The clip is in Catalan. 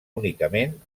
únicament